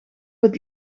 het